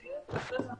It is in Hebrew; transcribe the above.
בוקר טוב לכולם.